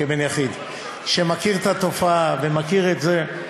כבן יחיד, שמכיר את התופעה ומכיר את זה.